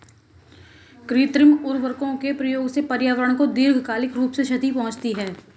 कृत्रिम उर्वरकों के प्रयोग से पर्यावरण को दीर्घकालिक रूप से क्षति पहुंचती है